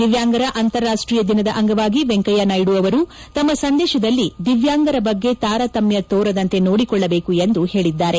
ದಿವ್ಚಾಂಗರ ಅಂತಾರಾಷ್ಷೀಯ ದಿನದ ಅಂಗವಾಗಿ ವೆಂಕಯ್ಹನಾಯ್ಹು ಅವರು ತಮ್ನ ಸಂದೇಶದಲ್ಲಿ ದಿವ್ಚಾಂಗರ ಬಗ್ಗೆ ತಾರತಮ್ಗ ತೋರದಂತೆ ನೋಡಿಕೊಳ್ಟಬೇಕು ಎಂದು ಹೇಳಿದ್ದಾರೆ